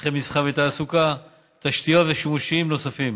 שטחי מסחר ותעסוקה, תשתיות ושימושים נוספים.